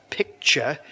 picture